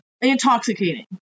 intoxicating